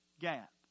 gap